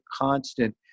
constant